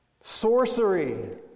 Sorcery